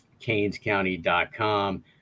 canescounty.com